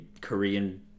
korean